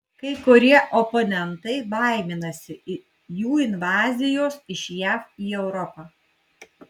kai kurie oponentai baiminasi jų invazijos iš jav į europą